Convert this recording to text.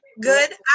good